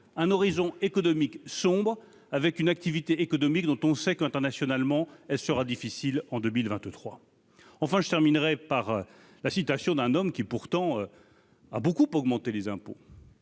un horizon économique sombre avec une activité économique dont on sait qu'internationalement, elle sera difficile en 2023, enfin, je terminerai par la citation d'un homme qui pourtant a beaucoup augmenté les impôts.